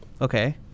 Okay